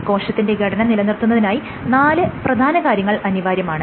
കോശത്തിന്റെ ഘടന നിലനിർത്തുന്നതിനായി നാല് പ്രധാന കാര്യങ്ങൾ അനിവാര്യമാണ്